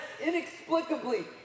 inexplicably